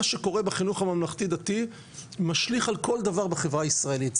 מה שקורה בחינוך הממלכתי דתי משליך על כל דבר בחברה הישראלית,